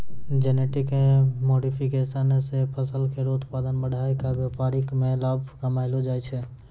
genetic modification सें फसल केरो उत्पादन बढ़ाय क व्यापार में लाभ कमैलो जाय छै